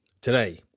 today